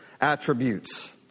attributes